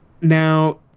Now